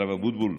הרב אבוטבול,